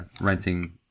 renting